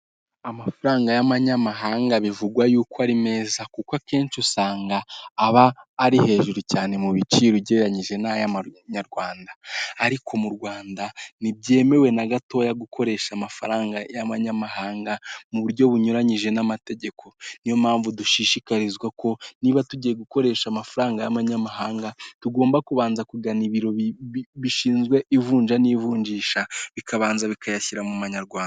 Amafaranga y'abanyamahanga bivugwa yuko ari meza, kuko akenshi usanga aba ari hejuru cyane mu biciro ugereranyije n'ay'amanyarwanda. Ariko mu Rwanda ntibyemewe na gatoya gukoresha amafaranga y'abanyamahanga m'uburyo bunyuranyije n'amategeko, niyo mpamvu dushishikarizwa ko niba tugiye gukoresha amafaranga y'amanyamahanga tugomba kubanza kugana ibiro bishinzwe ivunja n'ivunjisha, bikabanza bikayashyira mu manyarwanda.